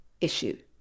issue